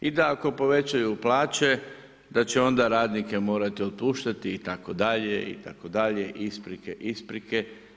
I da ako povećaju plaće da će onda radnike morati otpuštati itd., itd., isprike, isprike.